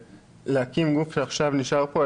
להקים גוף שעכשיו נשאר פה,